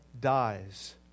dies